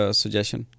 suggestion